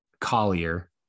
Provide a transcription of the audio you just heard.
Collier